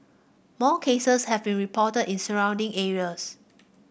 more cases have been reported in surrounding areas